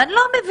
ואני לא מבינה.